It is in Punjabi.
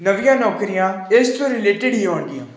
ਨਵੀਆਂ ਨੌਕਰੀਆਂ ਇਸ ਤੋਂ ਰਿਲੇਟਡ ਹੀ ਆਉਣਗੀਆ